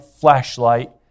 flashlight